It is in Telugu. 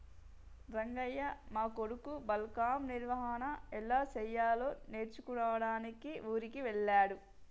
రంగయ్య మా కొడుకు బ్లాక్గ్రామ్ నిర్వహన ఎలా సెయ్యాలో నేర్చుకోడానికి ఊరికి వెళ్ళాడు